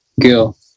Gil